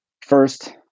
First